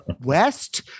West